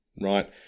Right